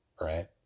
right